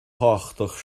thábhachtach